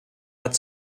hat